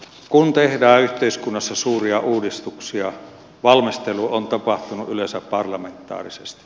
kun tehdään yhteiskunnassa suuria uudistuksia valmistelu on tapahtunut yleensä parlamentaarisesti